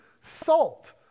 salt